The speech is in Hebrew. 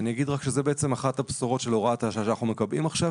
אני אגיד שזאת אחת הבשורות של הוראת השעה שאנחנו מקבעים עכשיו,